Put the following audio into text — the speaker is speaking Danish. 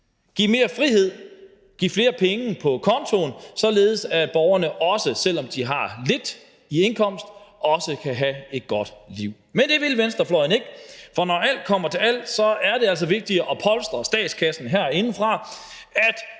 give mere frihed og give flere penge på kontoen, således at borgerne, også selv om de har lidt i indkomst, kan have et godt liv. Men det vil venstrefløjen ikke, for når alt kommer til alt, er det altså vigtigere at polstre statskassen herindefra, så